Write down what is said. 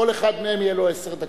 כל אחד מהם יהיו לו עשר דקות.